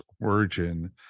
origin